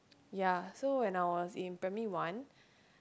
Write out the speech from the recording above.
ya so when I was in primary one